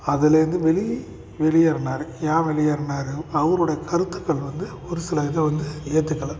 அதுலேருந்து வெளி வெளியேருனார் ஏன் வெளியேருனார்அவருடைய கருத்துக்கள் வந்து ஒரு சில இத வந்து ஏற்றுக்கல